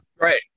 Right